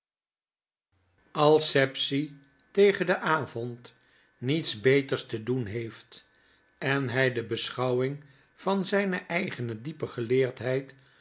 als sapsea tegen den avond niets beterste doen heeft en hij de beschouwing van zyne eigene diepe geleerdheid